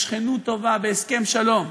בשכנות טובה בהסכם שלום,